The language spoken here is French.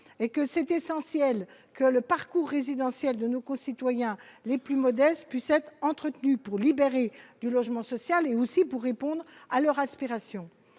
et que c'est essentiel que le parcours résidentiel de nos concitoyens les plus modestes puissent être entretenu pour libérer du logement social et aussi pour répondre à leur aspiration,